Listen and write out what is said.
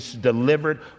delivered